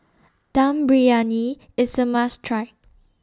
Dum Briyani IS A must Try